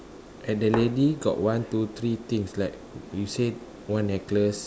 and the lady got one two three things right you say one necklace